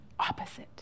opposite